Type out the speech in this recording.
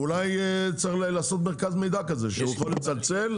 אולי צריך לעשות מרכז מידע כזה שהוא יכול לצלצל,